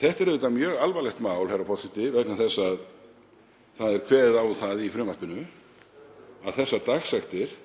Það er auðvitað mjög alvarlegt mál, herra forseti, vegna þess að kveðið er á um það í frumvarpinu að þessar dagsektir